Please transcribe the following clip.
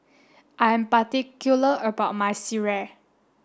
I am particular about my sireh